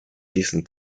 diesem